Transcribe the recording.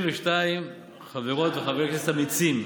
62 חברות וחברי כנסת אמיצים,